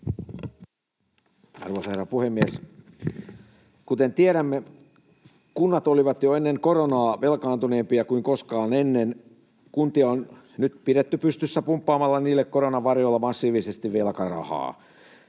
Arvoisa herra puhemies! Kuten tiedämme, kunnat olivat jo ennen koronaa velkaantuneempia kuin koskaan ennen. Kuntia on nyt pidetty pystyssä pumppaamalla niille koronan varjolla massiivisesti velkarahaa.